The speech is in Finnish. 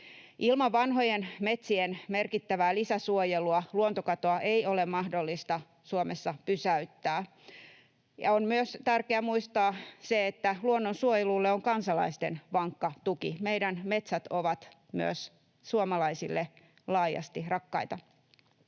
Ilman vanhojen metsien merkittävää lisäsuojelua luontokatoa ei ole mahdollista Suomessa pysäyttää. Ja on myös tärkeää muistaa se, että luonnonsuojelulle on kansalaisten vankka tuki. Meidän metsät ovat myös suomalaisille laajasti rakkaita.